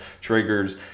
triggers